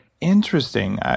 Interesting